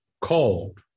called